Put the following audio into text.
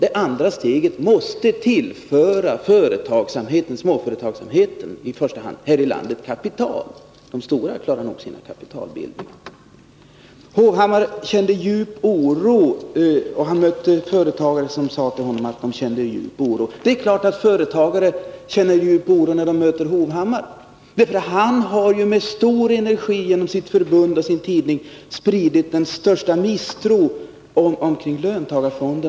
Det andra steget måste tas för att i första hand småföretagsamheten här i landet skall få kapital. De stora klarar nog sin kapitalbildning. Erik Hovhammar kände djup oro, och han mötte också företagare som sade till honom att de kände djup oro. Det är klart att företagare känner djup oro när de möter Erik Hovhammar. Han har genom sitt förbund och i sin tidning med stor energi spritt den största misstro kring löntagarfonder.